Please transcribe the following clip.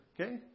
Okay